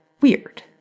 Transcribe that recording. weird